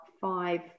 five